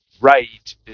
right